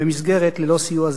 במסגרת ללא סיוע זה.